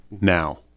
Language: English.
now